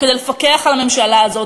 כדי לפקח על הממשלה הזאת.